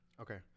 okay